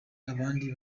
abandi